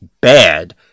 bad